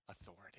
authority